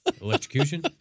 electrocution